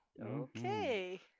Okay